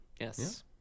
Yes